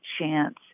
chance